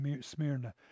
Smyrna